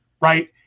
right